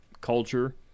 culture